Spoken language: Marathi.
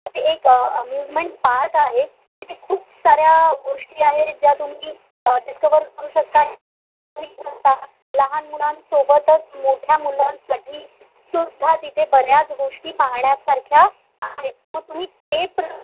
ते एक अम्युजमेंट पार्क आहे तिथे खूप साऱ्या गोष्टी आहेत ज्या तुम्ही डिस्कवर करू शकता शकता लहान मुलांसोबतच मोठ्या मुलांसाठी सुद्धा तिथे बऱ्याच गोष्टी पाहण्यासारख्या आहेत तुम्ही ते प्र